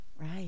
Right